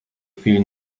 chwili